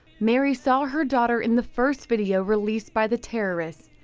mary saw her daughter in the first video released by the terrorists.